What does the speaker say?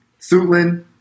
Suitland